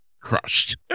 crushed